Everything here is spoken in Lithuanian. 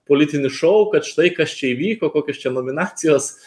politinis šou kad štai kas čia įvyko kokios čia nominacijos